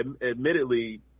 admittedly